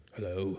Hello